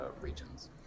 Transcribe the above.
regions